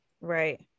Right